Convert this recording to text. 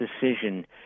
decision